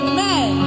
Amen